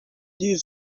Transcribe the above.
دیر